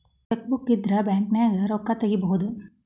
chequebook ಇದ್ರ ಬ್ಯಾಂಕ್ನ್ಯಾಗ ರೊಕ್ಕಾ ತೊಕ್ಕೋಬಹುದು